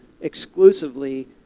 exclusively